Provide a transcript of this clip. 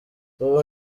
ubu